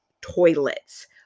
toilets